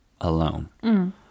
alone